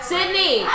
Sydney